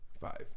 Five